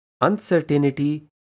uncertainty